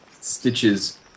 stitches